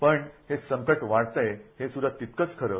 पण हे संकट वाढतयं हे सुध्दा तितकच खरं